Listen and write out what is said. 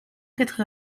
quatre